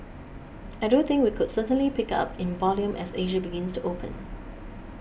I do think we could certainly pick up in volume as Asia begins to open